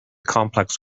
complex